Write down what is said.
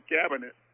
cabinet